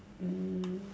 mm